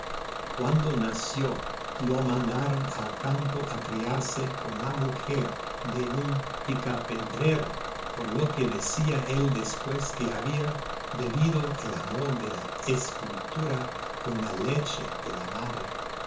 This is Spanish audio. cuando nació lo mandaron al campo a criarse con la mujer de un picapedrero por lo que decía él después que había bebido el amor de la escultura con la leche de la madre